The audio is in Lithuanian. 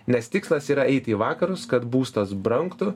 nes tikslas yra eiti į vakarus kad būstas brangtų